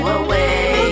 away